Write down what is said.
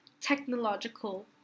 technological